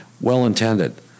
Well-intended